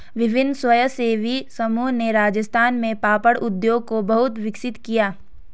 विभिन्न स्वयंसेवी समूहों ने राजस्थान में पापड़ उद्योग को बहुत विकसित किया